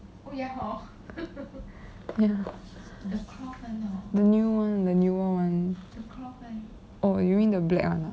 ya the new one the newer one oh you mean the black one ah